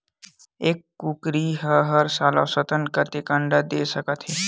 एक कुकरी हर साल औसतन कतेक अंडा दे सकत हे?